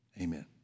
amen